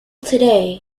today